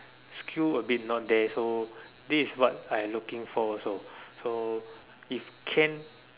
skill a bit not there so this is what I looking for also so if can